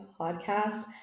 podcast